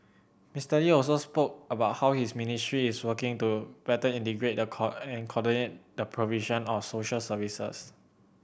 Mister Lee also spoke about how his ministry is working to better integrate cow and coordinate the provision of social services